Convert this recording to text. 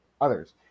others